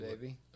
baby